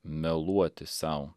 meluoti sau